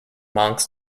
monks